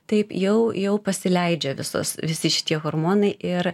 taip jau jau pasileidžia visas visi šitie hormonai ir